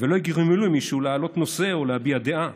ולא יגרמו למישהו להעלות נושא או להביע דעה